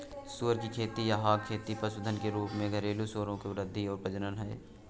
सुअर की खेती या हॉग खेती पशुधन के रूप में घरेलू सूअरों की वृद्धि और प्रजनन है